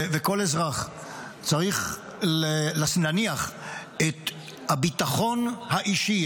וכל אזרח צריך להניח את הביטחון האישי,